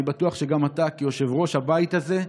אני בטוח שגם אתה, כיושב-ראש הבית הזה,